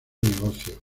negocio